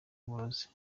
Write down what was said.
umurozi